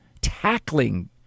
tackling